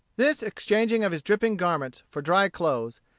this exchanging of his dripping garments for dry clothes,